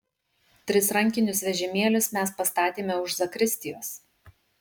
tris rankinius vežimėlius mes pastatėme už zakristijos